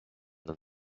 then